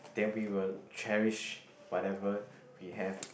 then we will cherish whatever we have